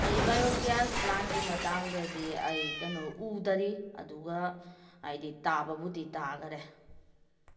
ꯑꯩ ꯕꯥꯏꯌꯣꯒ꯭ꯌꯥꯁ ꯄ꯭ꯂꯥꯟꯒꯤ ꯃꯇꯥꯡꯗꯗꯤ ꯑꯩ ꯀꯩꯅꯣ ꯎꯗ꯭ꯔꯤ ꯑꯗꯨꯒ ꯍꯥꯏꯕꯗꯤ ꯇꯥꯕꯕꯨꯗꯤ ꯇꯥꯈꯔꯦ